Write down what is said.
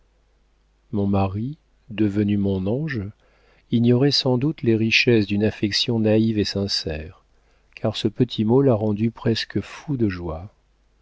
mon mari devenu mon ange ignorait sans doute les richesses d'une affection naïve et sincère car ce petit mot l'a rendu presque fou de joie